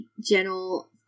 general